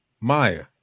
maya